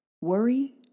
worry